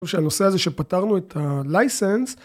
הנושא הזה שפתרנו את ה license